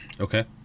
Okay